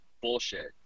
bullshit